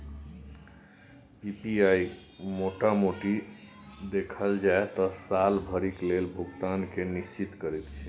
PPI मोटा मोटी देखल जाइ त साल भरिक लेल भुगतान केँ निश्चिंत करैत छै